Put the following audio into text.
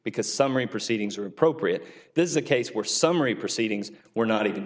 because summary proceedings are appropriate this is a case where summary proceedings were not